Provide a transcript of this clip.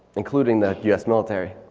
including the u s military.